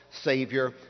Savior